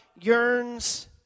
yearns